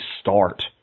start